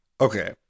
Okay